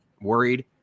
worried